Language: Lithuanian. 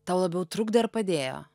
tau labiau trukdė ar padėjo